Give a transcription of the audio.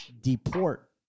deport